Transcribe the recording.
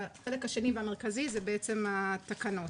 והחלק השני והמרכזי זה בעצם התקנות.